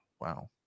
Wow